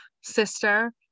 sister